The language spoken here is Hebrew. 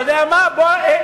שתיהן ביחד.